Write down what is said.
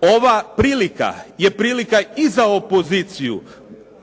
Ova prilika je prilika i za opoziciju,